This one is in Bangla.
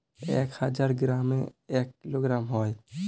এক হাজার গ্রামে এক কিলোগ্রাম হয়